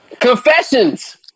Confessions